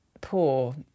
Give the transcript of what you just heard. poor